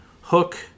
Hook